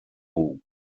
liu